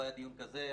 לא היה דיון כזה,